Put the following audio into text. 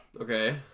Okay